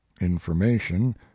information